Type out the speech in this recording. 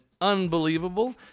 unbelievable